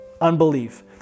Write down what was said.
Unbelief